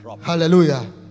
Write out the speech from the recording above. Hallelujah